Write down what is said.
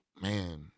man